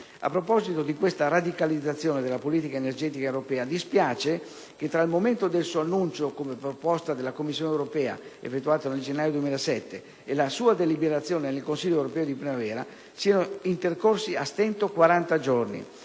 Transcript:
A proposito di questa radicalizzazione della politica energetica europea, dispiace che tra il momento del suo annuncio, come proposta della Commissione europea, effettuato nel gennaio 2007, e la sua deliberazione nel Consiglio europeo di primavera, siano intercorsi a stento quaranta giorni.